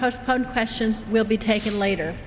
postpone questions will be taken later